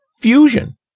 fusion